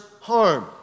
harm